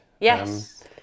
Yes